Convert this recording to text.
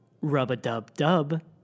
Rub-a-dub-dub